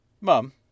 Mum